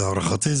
זה